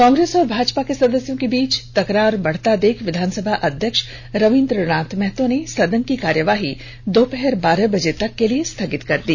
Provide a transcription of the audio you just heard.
कांग्रेस और भाजपा के सदस्यों के बीच तकरार बढ़ता देख विधानसभा अध्यक्ष रवीन्द्र नाथ महतो ने सदन की कार्यवाही दोपहर बारह बजे तक के लिए स्थगित कर दी